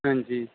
ਹਾਂਜੀ